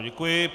Děkuji.